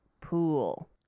pool